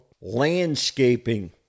Landscaping